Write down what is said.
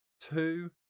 two